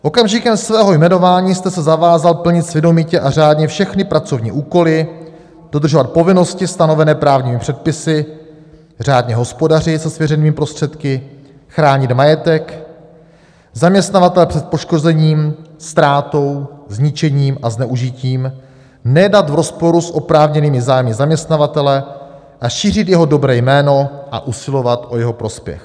Okamžikem svého jmenování jste se zavázal plnit svědomitě a řádně všechny pracovní úkoly, dodržovat povinnosti stanovené právními předpisy, řádně hospodařit se svěřenými prostředky, chránit majetek zaměstnavatele před poškozením, ztrátou, zničením a zneužitím, nejednat v rozporu s oprávněnými zájmy zaměstnavatele a šířit jeho dobré jméno a usilovat o jeho prospěch.